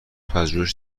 پژوهش